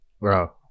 Bro